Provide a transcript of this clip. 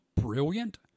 brilliant